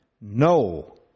no